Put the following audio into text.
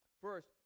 First